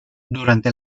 durante